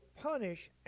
punish